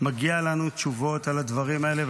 מגיעות לנו תשובות על הדברים האלה,